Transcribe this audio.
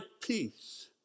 peace